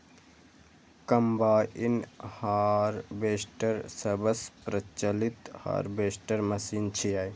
combine harvester सबसं प्रचलित harvester machine छियै